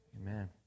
Amen